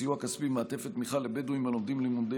סיוע כספי ומעטפת תמיכה לבדואים שלומדים לימודי